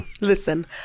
Listen